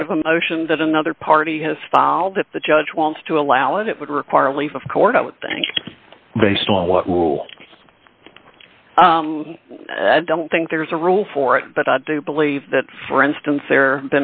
lot of emotion that another party has filed that the judge wants to allow it would require a leave of court i would think based on what rule i don't think there's a rule for it but i do believe that for instance there